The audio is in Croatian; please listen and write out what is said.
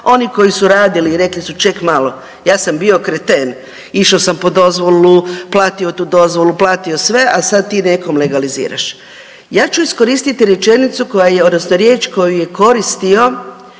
oni koji su radili rekli su ček malo ja sam bio kreten išo sam po dozvolu, platio tu dozvolu, platio sve, a sad ti nekom legaliziraš. Ja ću iskoristit rečenicu koja je odnosno riječ koju je koristio